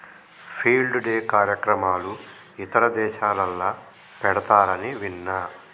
field day కార్యక్రమాలు ఇతర దేశాలల్ల పెడతారని విన్న